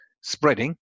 spreading